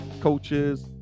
coaches